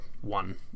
one